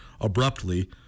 abruptly